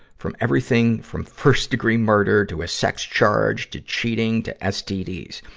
from everything from first-degree murder to a sex charge to cheating to stds.